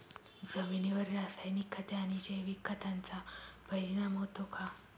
जमिनीवर रासायनिक खते आणि जैविक खतांचा परिणाम होतो का?